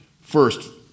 First